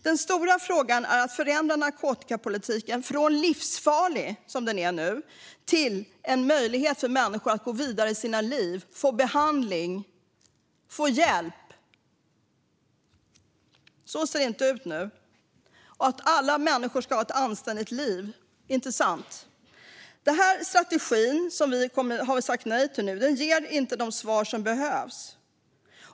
Den stora frågan är att förändra narkotikapolitiken från livsfarlig, som den är nu, till en möjlighet för människor att gå vidare i sina liv genom att få behandling och hjälp. Så ser det inte ut nu. Alla människor ska ha ett anständigt liv, inte sant? Den här strategin, som vi har sagt nej till, ger inte de svar som behövs.